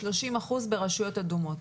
30 אחוזים ברשויות אדומות.